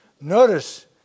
Notice